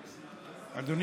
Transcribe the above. כזאת?